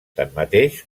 tanmateix